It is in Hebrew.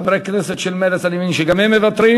חברי הכנסת של מרצ, אני מבין שגם הם מוותרים.